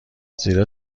زیرا